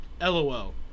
LOL